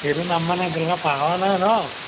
সেইটো নাম মানে এতিয়ালৈকে পাহৰা নাই ন